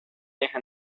deja